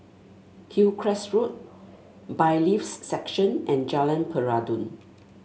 Hillcrest Road Bailiffs' Section and Jalan Peradun